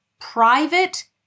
private